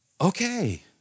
okay